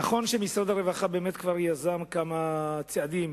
נכון שמשרד הרווחה באמת כבר יזם כמה צעדים